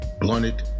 blunted